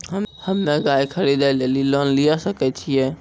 हम्मे गाय खरीदे लेली लोन लिये सकय छियै?